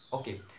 Okay